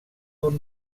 d’un